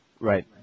Right